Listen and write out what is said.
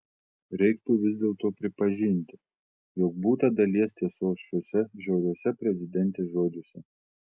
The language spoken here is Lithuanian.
reiktų vis dėlto pripažinti jog būta dalies tiesos šiuose žiauriuose prezidentės žodžiuose